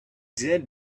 did